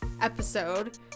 episode